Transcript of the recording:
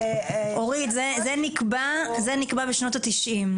אורית, זה נקבע בשנות התשעים.